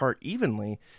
evenly